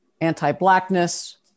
anti-blackness